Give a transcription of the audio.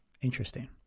Interesting